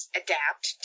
adapt